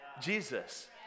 Jesus